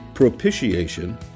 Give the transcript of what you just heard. propitiation